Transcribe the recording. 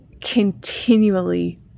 continually